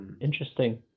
Interesting